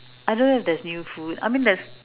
I don't know if there's new food I mean there's